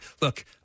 Look